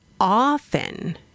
often